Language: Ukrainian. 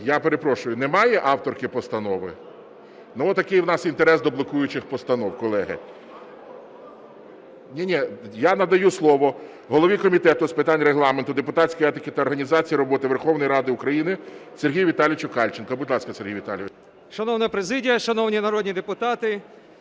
Я перепрошую, немає авторки постанови? Такий у нас інтерес до блокуючих постанов, колеги. Я надаю слово голові Комітету з питань Регламенту, депутатської етики та організації роботи Верховної Ради України Сергію Віталійовичу Кальченку. Будь ласка, Сергій Віталійович. 10:35:47 КАЛЬЧЕНКО С.В. Шановна президія, шановні народні депутати,